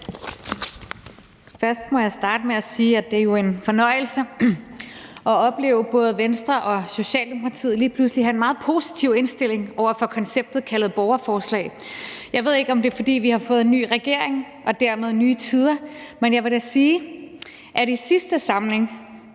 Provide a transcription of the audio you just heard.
Først må jeg starte med at sige, at det jo er en fornøjelse at opleve både Venstre og Socialdemokratiet lige pludselig have en meget positiv indstilling til konceptet kaldet borgerforslag. Jeg ved ikke, om det er, fordi vi har fået en ny regering og dermed nye tider, men jeg vil da sige, at i sidste samling